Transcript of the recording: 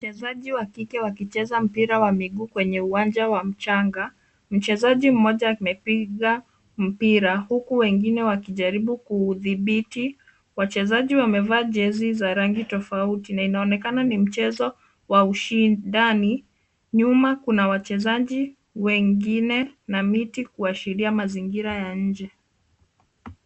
Wachezaji wa kike wakicheza mpira wa miguu kwenye uwanja wa mchanga. Mchezaji mmoja amepiga mpira, huku wengine wakijaribu kuudhibiti. Wachezaji wamevaa jezi za rangi tofauti na inaonekana ni mchezo wa ushindani. Nyuma kuna wachezaji wengine na miti kuashiria mazingira ya nje.